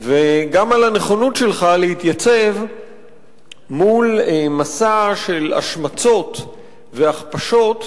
וגם על הנכונות שלך להתייצב מול מסע של השמצות והכפשות,